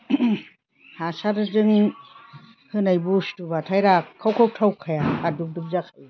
हासारजों होनाय बुस्थुब्लाथाय राखाव खाव थावखाया फादुब दुब जाखायो